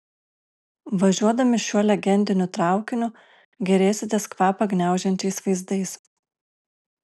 važiuodami šiuo legendiniu traukiniu gėrėsitės kvapą gniaužiančiais vaizdais